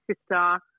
sister